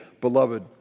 Beloved